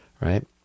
Right